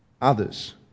others